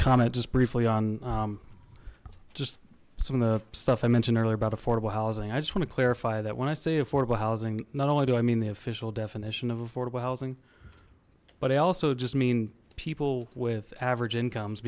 comment just briefly on just some of the stuff i mentioned earlier about affordable housing i just want to clarify that when i say affordable housing not only do i mean the official definition of affordable housing but i also just mean people with average incomes